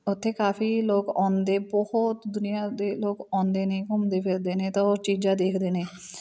ਉੱਥੇ ਕਾਫੀ ਲੋਕ ਆਉਂਦੇ ਬਹੁਤ ਦੁਨੀਆਂ ਦੇ ਲੋਕ ਆਉਂਦੇ ਨੇ ਘੁੰਮਦੇ ਫਿਰਦੇ ਨੇ ਤਾਂ ਉਹ ਚੀਜ਼ਾਂ ਦੇਖਦੇ ਨੇ